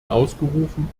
ausgerufen